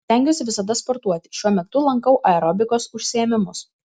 stengiuosi visada sportuoti šiuo metu lankau aerobikos užsiėmimus